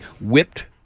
whipped